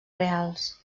reals